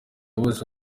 bose